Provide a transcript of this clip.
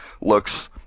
looks